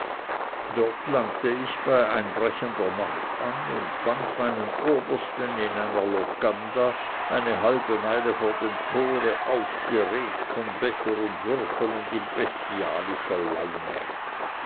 dort langte ich bei einbrechender nacht an und fand meinen obersten in einer locanda eine halbe meile vor dem tore aufgeregt von becher und würfel und in bestialischer laune